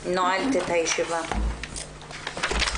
הישיבה ננעלה